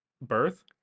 birth